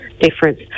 difference